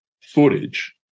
footage